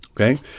okay